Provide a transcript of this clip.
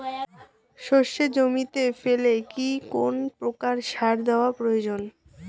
সর্ষে জমিতে ফেলে কি কোন প্রকার সার দেওয়া প্রয়োজন?